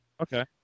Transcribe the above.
Okay